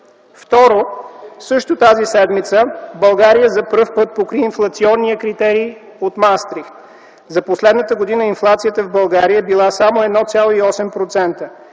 Второ, тази седмица също, България за пръв път покри инфлационния критерий от Маастрихт. За последната година инфлацията в България е била само 1,8%,